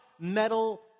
metal